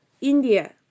India